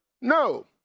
No